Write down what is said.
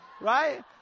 right